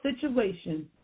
situation